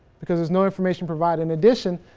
because there's no information provided. in addition,